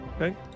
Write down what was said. Okay